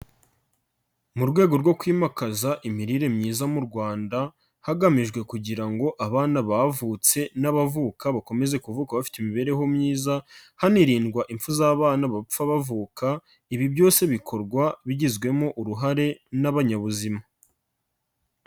Mu rwego rwo kwimakaza imirire myiza mu Rwanda, hagamijwe kugira ngo abana bavutse n'abavuka bakomeze kuvuka bafite imibereho myiza, hanirindwa impfu z'abana bapfa bavuka, ibi byose bikorwa bigizwemo uruhare n'abanyabuzima.